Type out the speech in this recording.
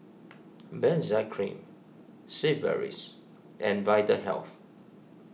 Benzac Cream Sigvaris and Vitahealth